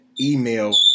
email